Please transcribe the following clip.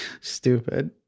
Stupid